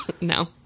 No